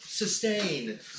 Sustain